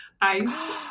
Ice